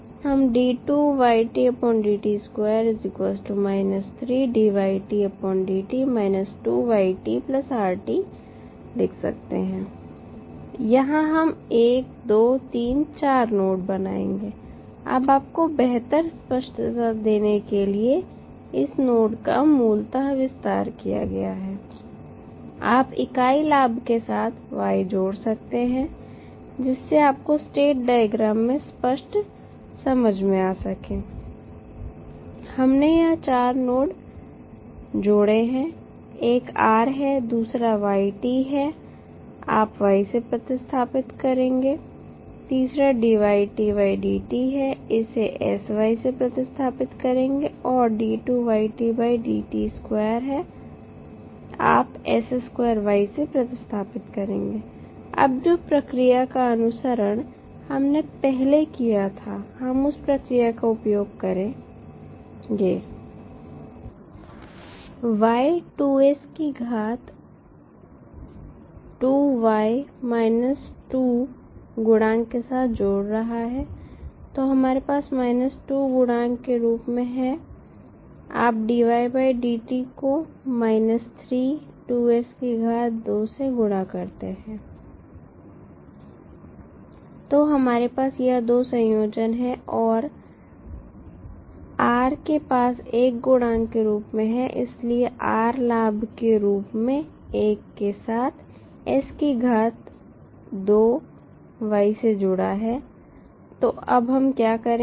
हम लिख सकते हैं यहां हम 1 2 3 4 नोड बनाएंगे अब आपको बेहतर स्पष्टता देने के लिए इस नोड का मूलतः विस्तार किया गया है आप इकाई लाभ के साथ y जोड़ सकते हैं जिससे आपको स्टेट डायग्राम से स्पष्ट समझ में आ सके हमने यह 4 नोड जोड़े हैं एक R है दूसरा y है आप Y से प्रतिस्थापित करेंगे तीसरा है इसे sY से प्रतिस्थापित करेंगे और आप से प्रतिस्थापित करेंगे अब जो प्रक्रिया का अनुसरण हमने पहले किया था हम उस प्रक्रिया को उपयोग करेंगे y 2s की घात 2 y 2 गुणांक के साथ जोड़ रहा है तो हमारे पास 2 गुणांक के रूप में है आप dydt को 3 2s की घात 2 से गुणा करते हैं तो हमारे पास यह दो संयोजन है और r के पास 1 गुणांक के रूप में है इसलिए r लाभ के रूप में 1 के साथ s की घात 2 y से जुड़ा है तो अब हम क्या करेंगे